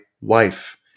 wife